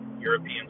European